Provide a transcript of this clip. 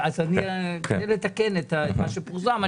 אני רוצה לתקן את מה שפורסם.